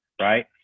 right